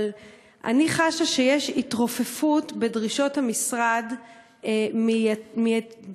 אבל אני חשה שיש התרופפות בדרישות המשרד במתן